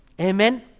Amen